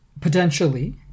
Potentially